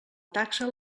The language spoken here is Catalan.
taxa